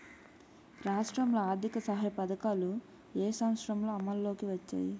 రాష్ట్రంలో ఆర్థిక సహాయ పథకాలు ఏ సంవత్సరంలో అమల్లోకి వచ్చాయి?